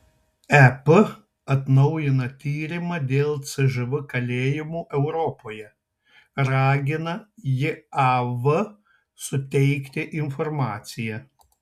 ep atnaujina tyrimą dėl cžv kalėjimų europoje ragina jav suteikti informaciją